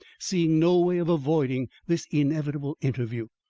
seeing no way of avoiding this inevitable interview.